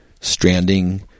stranding